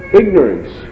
ignorance